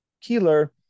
Keeler